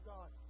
God